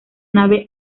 nave